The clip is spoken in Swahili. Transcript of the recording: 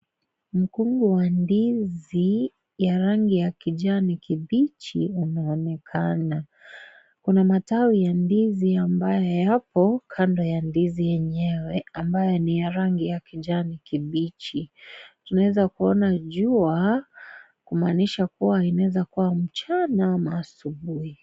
Mkungu wa ndizi ya rangi ya kijani kibichi yanaonekana. Kuna matawi ya ndizi ambayo yapo kando ya ndizi yenyewe ambayo ni ya rangi ya kijani kibichi. Tunaweza kuona jua kumaanisha kuwa inaweza kuwa mchana au asubuhi.